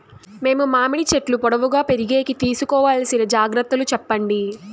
మేము మామిడి చెట్లు పొడువుగా పెరిగేకి తీసుకోవాల్సిన జాగ్రత్త లు చెప్పండి?